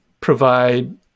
provide